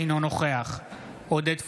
אינו נוכח עודד פורר,